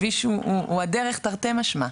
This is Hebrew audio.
הכביש הוא הדרך תרתי משמע.